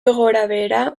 gorabehera